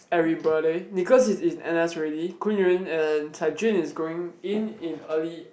everybody Nicholas is in N_S already Kun-Yuan and Cai-Jun is going in in early